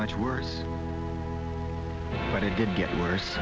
much worse but it didn't get worse